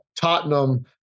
tottenham